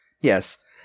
Yes